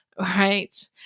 right